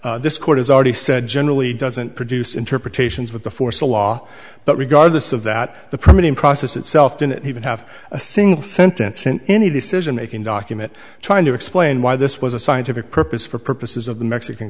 that this court has already said generally doesn't produce interpretations with the force of law but regardless of that the permitting process itself didn't even have a single sentence in any decision making document trying to explain why this was a scientific purpose for purposes of the mexican